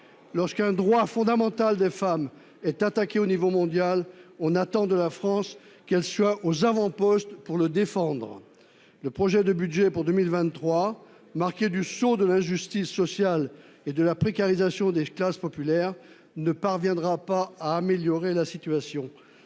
Lorsqu'un droit fondamental des femmes est attaqué à l'échelle mondiale, on attend de la France qu'elle soit aux avant-postes pour le défendre ! Oui ! La question ! Le projet de budget pour 2023, marqué du sceau de l'injustice sociale et de la précarisation des classes populaires, ne parviendra pas à améliorer la situation.